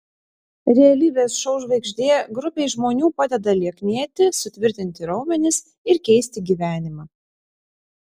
realybės šou žvaigždė grupei žmonių padeda lieknėti sutvirtinti raumenis ir keisti gyvenimą